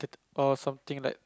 or something like